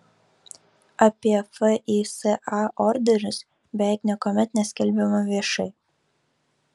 apie fisa orderius beveik niekuomet neskelbiama viešai